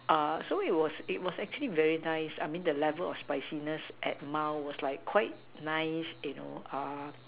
err so it was it was actually very nice I mean the level of spiciness at mild was like quite nice you know uh